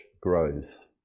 grows